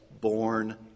born